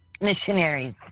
missionaries